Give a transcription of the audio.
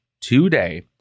Today